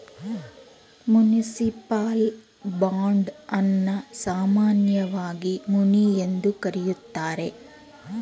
municipal bond ಅನ್ನ ಸಾಮಾನ್ಯವಾಗಿ muni ಎಂದು ಕರೆಯುತ್ತಾರೆ